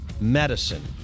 Medicine